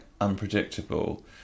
unpredictable